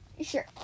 Sure